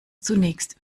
zunächst